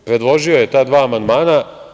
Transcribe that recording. Predložio je ta dva amandmana.